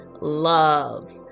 love